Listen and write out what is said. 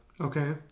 Okay